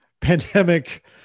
pandemic